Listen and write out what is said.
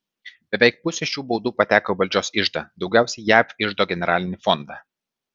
beveik pusė šių baudų pateko į valdžios iždą daugiausiai jav iždo generalinį fondą